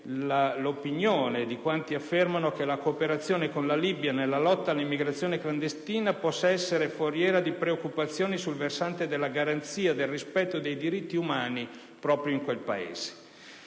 l'opinione di quanti affermano che la cooperazione con la Libia nella lotta all'immigrazione clandestina possa essere foriera di preoccupazioni sul versante della garanzia del rispetto dei diritti umani proprio in quel Paese.